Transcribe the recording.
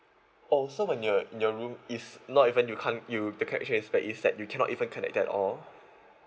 oh so when you're in your room it's not even you can't you the aspect is that you cannot even connect at all